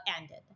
ended